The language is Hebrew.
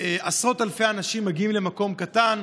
עשרות אלפי אנשים מגיעים למקום קטן,